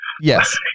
Yes